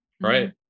Right